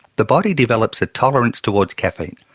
the body develops a tolerance towards caffeine,